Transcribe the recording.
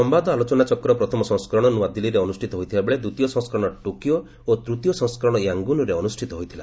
ସମ୍ବାଦ ଆଲୋଚନାଚକ୍ର ପ୍ରଥମ ସଂସ୍କରଣ ନୂଆଦିଲ୍ଲୀରେ ଅନୁଷ୍ଠିତ ହୋଇଥିବା ବେଳେ ଦ୍ୱିତୀୟ ସଂସ୍କରଣ ଟୋକିଓ ଓ ତୃତୀୟ ସଂସ୍କରଣ ୟାଙ୍ଗୁନ୍ରେ ଅନୁଷ୍ଠିତ ହୋଇଥିଲା